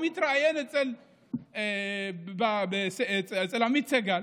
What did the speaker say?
הוא מתראיין אצל עמית סגל: